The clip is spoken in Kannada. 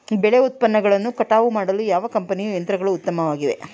ಬೆಳೆ ಉತ್ಪನ್ನಗಳನ್ನು ಕಟಾವು ಮಾಡಲು ಯಾವ ಕಂಪನಿಯ ಯಂತ್ರಗಳು ಉತ್ತಮವಾಗಿವೆ?